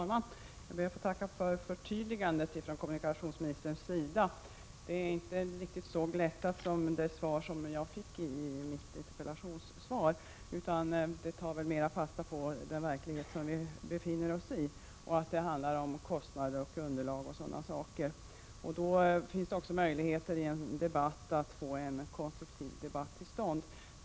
Prot. 1986/87:49 Jag ber att få tacka kommunikationsministern för de förtydliganden han 15 december 1986 gjorde. Det kommunikationsministern nu sade var inte riktigt lika glättat = som det han sade i sitt interpellationssvar utan tog mera fasta på den verklighet vi befinner oss i och på att det handlar om kostnader, underlag och liknande. Därmed ökar möjligheterna att få en konstruktiv debatt till stånd.